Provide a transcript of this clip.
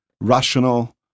rational